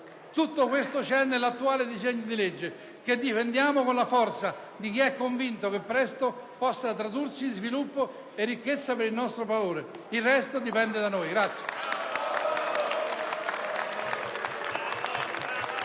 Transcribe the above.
contenuto nell'attuale disegno di legge, che si vuole difendere con la forza di chi è convinto che presto possa tradursi in sviluppo e ricchezza per il nostro Paese. Il resto dipende da noi.